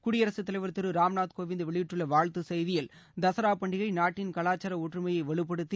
குடியரசுத் தலைவர் திரு ராம்நாத் கோவிந்த் வெளியிட்டுள்ள வாழ்த்து செய்தியில் தசரா பண்டிகை நாட்டின் கவாச்சார ஒற்றுமையை வலுப்படுத்தி